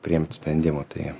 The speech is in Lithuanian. priimt sprendimų tai